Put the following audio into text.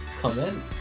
comment